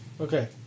Okay